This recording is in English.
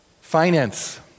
Finance